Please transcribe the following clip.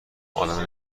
ادم